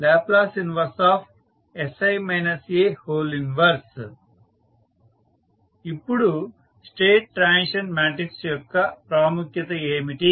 tL 1sI A 1 ఇప్పుడు state transition matrix యొక్క ప్రాముఖ్యత ఏమిటి